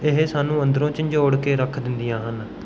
ਇਹ ਸਾਨੂੰ ਅੰਦਰੋਂ ਝੰਜੋੜ ਕੇ ਰੱਖ ਦਿੰਦੀਆਂ ਹਨ